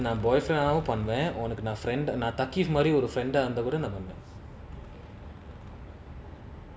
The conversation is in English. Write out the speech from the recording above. but நான்:nan boyfriend இருந்தாகூடநான்பண்ணுவேன்:iruntha kooda nan pannuven